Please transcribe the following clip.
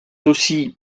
aussi